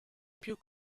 più